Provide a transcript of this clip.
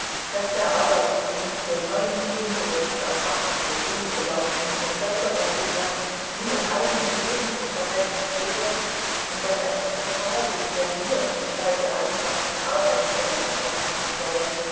daß der arbeitslohn für neun zehntel der sich auf achtzig millionen belaufenden bevölkerung rußlands nur im eigenen lebensunterhalt bestehe und daß ein kapital bisher nur in gestalt der einfachsten arbeitsgeräte vorhanden sei